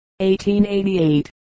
1888